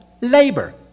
labor